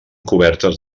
cobertes